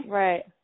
right